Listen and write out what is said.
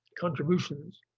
contributions